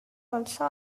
also